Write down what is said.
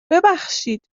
ببخشید